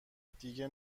دیگه